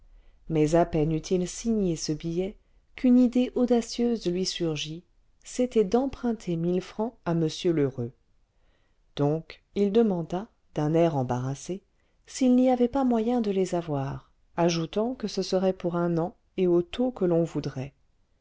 mais à peine eut-il signé ce billet qu'une idée audacieuse lui surgit c'était d'emprunter mille francs à m lheureux donc il demanda d'un air embarrassé s'il n'y avait pas moyen de les avoir ajoutant que ce serait pour un an et au taux que l'on voudrait